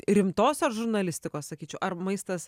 rimtosios žurnalistikos sakyčiau ar maistas